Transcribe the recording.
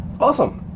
awesome